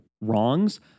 wrongs